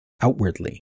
Outwardly